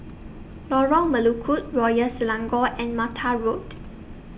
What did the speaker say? Lorong Melukut Royal Selangor and Mata Road